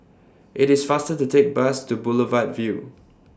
IT IS faster to Take Bus to Boulevard Vue